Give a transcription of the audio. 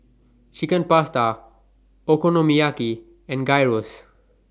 Chicken Pasta Okonomiyaki and Gyros